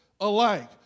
alike